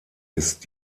ist